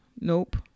nope